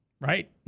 right